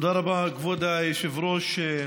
תודה רבה, כבוד היושב-ראש.